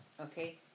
Okay